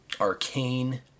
arcane